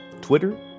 Twitter